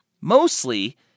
mostly